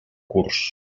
curs